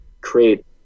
create